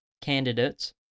candidates